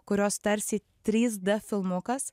kurios tarsi trys d filmukas